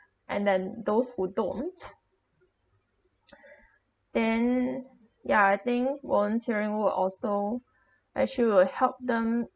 and then those who don't and ya I think volunteering work also actually will help them